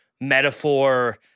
metaphor